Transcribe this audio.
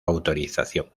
autorización